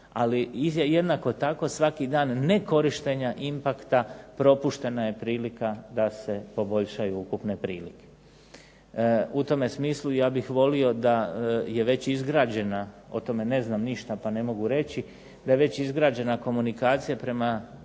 Ali jednako tako svaki dan nekorištenja IMPACT-a propuštena je prilika da se poboljšaju ukupne prilike. U tome smislu ja bih volio da je već izgrađena, o tome ne znam ništa pa ne mogu reći, da je već izgrađena komunikacija prema čitavom